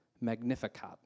magnificat